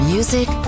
Music